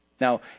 Now